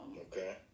Okay